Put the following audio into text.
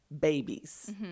Babies